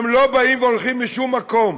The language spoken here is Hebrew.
הם לא באים והולכים משום מקום,